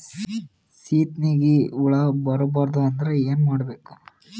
ಸೀತ್ನಿಗೆ ಹುಳ ಬರ್ಬಾರ್ದು ಅಂದ್ರ ಏನ್ ಮಾಡಬೇಕು?